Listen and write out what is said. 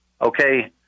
Okay